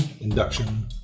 Induction